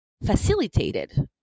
facilitated